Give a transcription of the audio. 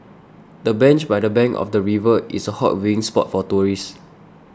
the bench by the bank of the river is a hot viewing spot for tourists